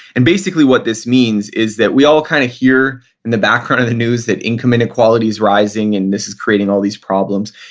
and basically what this means is that we all kind of hear in the background of the news that income inequality's rising and this is creating all these problems.